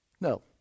No